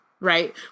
Right